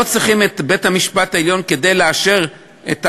לא צריכים את בית-המשפט העליון כדי לאשר את ההשעיה.